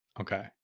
Okay